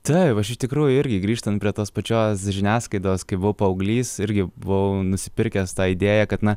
taip aš iš tikrųjų irgi grįžtant prie tos pačios žiniasklaidos kai buvau paauglys irgi buvau nusipirkęs tą idėją kad na